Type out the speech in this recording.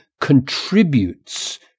contributes